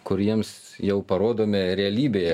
kur jiems jau parodome realybėje